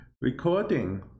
recording